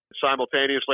simultaneously